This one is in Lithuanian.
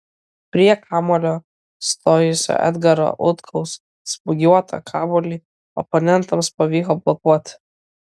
prie kamuolio stojusio edgaro utkaus smūgiuotą kamuolį oponentams pavyko blokuoti